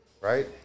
right